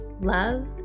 Love